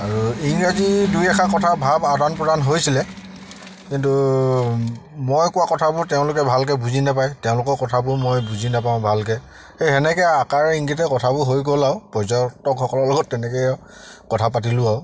আৰু ইংৰাজী দুই এষাৰ কথাৰ ভাৱ আদান প্ৰদান হৈছিলে কিন্তু মই কোৱা কথাবোৰ তেওঁলোকে ভালকৈ বুজি নাপায় তেওঁলোকৰ কথাবোৰ মই বুজি নাপাওঁ ভালকৈ সেই সেনেকৈ আকাৰ ইংগিতে কথাবোৰ হৈ গ'ল আৰু পৰ্যটকসকলৰ লগত তেনেকৈয়ে কথা পাতিলোঁ আৰু